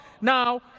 Now